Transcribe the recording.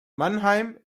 mannheim